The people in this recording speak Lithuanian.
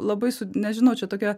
labai su nežinau čia tokia